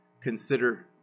consider